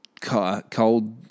cold